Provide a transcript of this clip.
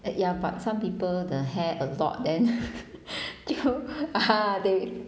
uh ya but some people the hair a lot then they will ah they